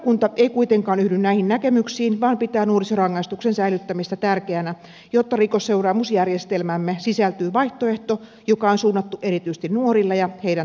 lakivaliokunta ei kuitenkaan yhdy näihin näkemyksiin vaan pitää nuorisorangaistuksen säilyttämistä tärkeänä jotta rikosseuraamusjärjestelmäämme sisältyy vaihtoehto joka on suunnattu erityisesti nuorille ja heidän tarpeisiinsa